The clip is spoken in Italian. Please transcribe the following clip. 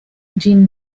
gene